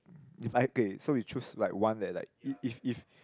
if I okay so we choose like one that like if if if